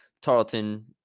Tarleton